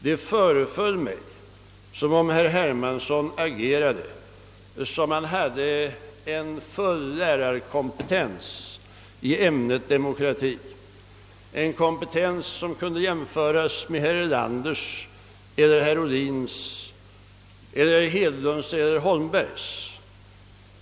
Det föreföll mig som om herr Hermansson agerade såsom hade han full lärarkompetens i ämnet demokrati — en kompetens som kunde jämföras med herr Erlanders eller herr Ohlins eller herr Hedlunds eller herr Holmbergs.